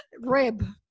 Rib